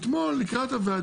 אתמול לקראת הדיון